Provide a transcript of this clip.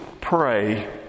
pray